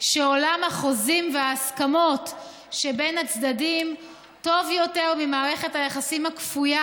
שעולם החוזים וההסכמות שבין הצדדים טוב יותר ממערכת היחסים הכפויה